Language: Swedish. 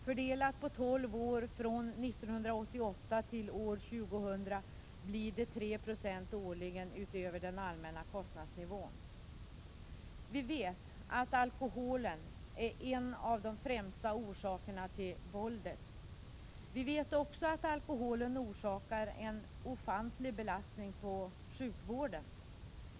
Fördelat på 12 år, från 1988 till 2000, blir det 3 20 årligen utöver den allmänna kostnadsnivån. Vi vet att alkoholen är en av de främsta orsakerna till våldet. Vi vet också att alkoholen orsakar en ofantlig belastning på sjukvården.